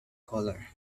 color